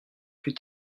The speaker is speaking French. plus